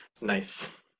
Nice